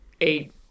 eight